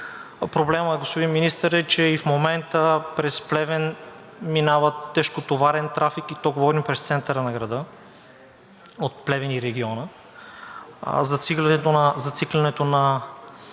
Проблемът, господин Министър, е, че и в момента през Плевен минава тежкотоварен трафик, и то говорим през центъра на града от Плевен и региона. Зациклянето на